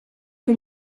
che